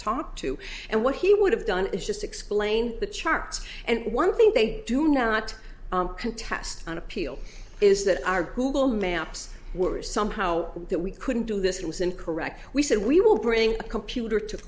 talk to and what he would have done is just explain the charts and one thing they do not contest on appeal is that our google maps were somehow that we couldn't do this it was incorrect we said we will bring a computer to